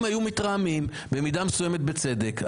הם היו מתרעמים, במידה מסוימת בצדק.